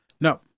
No